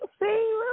see